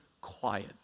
quiet